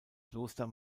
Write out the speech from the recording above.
kloster